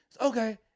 Okay